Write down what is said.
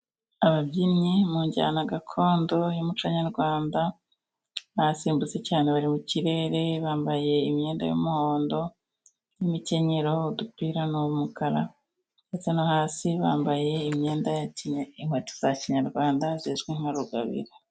Ababyinnyi mu njyana gakondo y'umuco nyarwanda basimbutse cyane bari mu kirere, bambaye imyenda y'umuhondo n'imikenyero, udupira ni umukara ,ndetse no hasi bambaye imyenda ya kinyarwa inkweto za kinyarwanda zizwi nka rugabire.